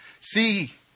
See